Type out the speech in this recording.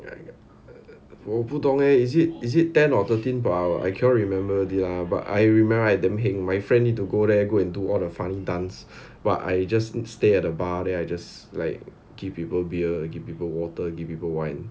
我不懂 leh is it is it ten or thirteen per hour I cannot remember already lah but I remember I damn heng my friend need to go there go and do all the funny dance but I just stay at a bar then I just like give people beer give people water give people wine